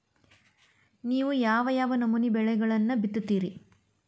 ನೇವು ಯಾವ್ ಯಾವ್ ನಮೂನಿ ಬೆಳಿಗೊಳನ್ನ ಬಿತ್ತತಿರಿ?